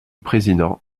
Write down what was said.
président